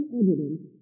evidence